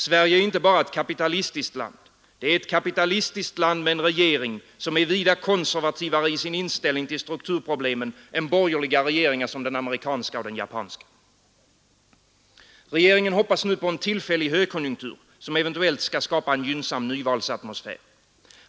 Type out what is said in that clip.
Sverige är inte bara ett kapitalistiskt land. Det är ett kapitalistiskt land med en regering, som är vida konservativare i sin inställning till strukturproblemen än borgerliga regeringar som den amerikanska och den japanska. Regeringen hoppas nu på en tillfällig högkonjunktur, som eventuellt skall skapa en gynnsam nyvalsatmosfär.